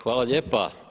Hvala lijepa.